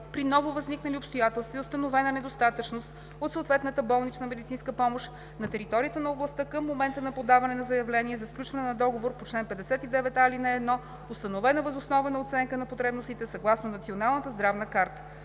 при нововъзникнали обстоятелства и установена недостатъчност от съответната болнична медицинска помощ на територията на областта към момента на подаване на заявление за сключване на договор по чл. 59а, ал. 1, установена въз основа на оценка на потребностите съгласно Националната здравна карта.“;